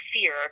fear